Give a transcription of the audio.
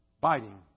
biting